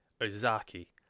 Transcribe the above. Ozaki